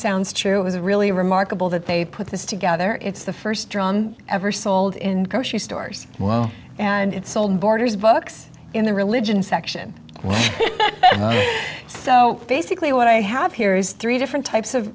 sounds true was really remarkable that they put this together it's the first drum ever sold in grocery stores well and it's sold borders books in the religion section well so basically what i have here is three different types of